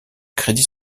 crédit